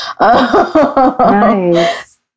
Nice